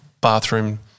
bathroom